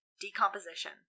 decomposition